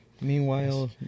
Meanwhile